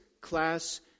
Class